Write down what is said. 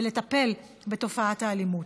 ולטפל בתופעת האלימות.